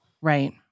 right